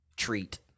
Treat